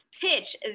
Pitch